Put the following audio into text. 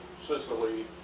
Sicily